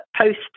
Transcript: post